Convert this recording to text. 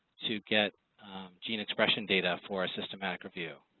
to get gene expression data for a systematic review.